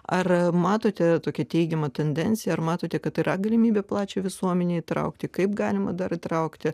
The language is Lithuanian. ar matote tokį teigiamą tendenciją ar matote kad yra galimybė plačią visuomenę įtraukti kaip galima dar traukti